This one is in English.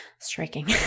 Striking